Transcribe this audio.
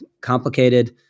complicated